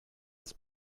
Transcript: his